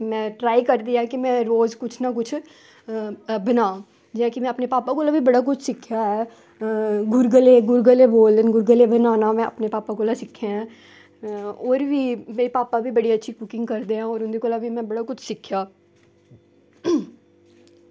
ते में ट्राई करदी आई की में रोज़ कुछ ना कुछ बनांऽ जियां की में अपने भापा कोला बी सिक्खेआ ऐ ते गुरगुले गुरगुले बनाना में अपनी भापा कोला सिक्खेआ होर मेरे भापा बी बड़ी अच्छी कुकिंग करदे आ होर उंदे कोला बी में बड़ा कुछ सिक्खेआ